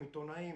עיתונאים,